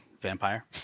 vampire